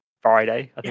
Friday